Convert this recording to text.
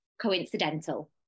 coincidental